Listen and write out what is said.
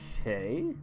Okay